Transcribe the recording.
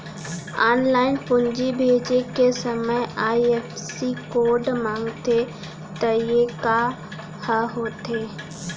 Online पूंजी भेजे के समय आई.एफ.एस.सी कोड माँगथे त ये ह का होथे?